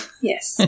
Yes